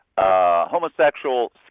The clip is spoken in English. Homosexual